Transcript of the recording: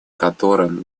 которым